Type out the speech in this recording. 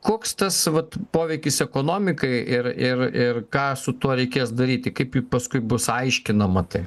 koks tas vat poveikis ekonomikai ir ir ir ką su tuo reikės daryti kaip paskui bus aiškinama tai